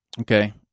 okay